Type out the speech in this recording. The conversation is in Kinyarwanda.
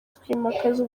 twimakaza